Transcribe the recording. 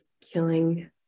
killing